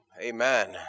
Amen